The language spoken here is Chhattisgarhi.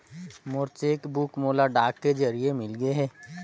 मोर चेक बुक मोला डाक के जरिए मिलगे हे